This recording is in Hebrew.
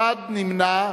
אחד נמנע.